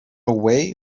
way